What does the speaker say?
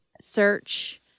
search